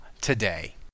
today